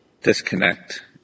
disconnect